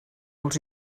els